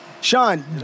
Sean